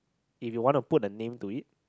if you want to put the name to it